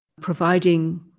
providing